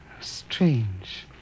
Strange